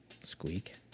Squeak